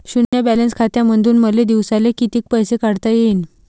शुन्य बॅलन्स खात्यामंधून मले दिवसाले कितीक पैसे काढता येईन?